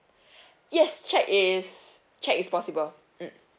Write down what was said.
yes cheque is cheque is possible mm